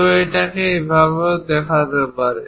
কেউ এটাকে এভাবেও দেখাতে পারে